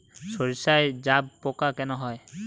সর্ষায় জাবপোকা কেন হয়?